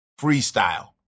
freestyle